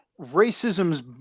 racism's